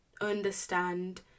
understand